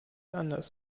anders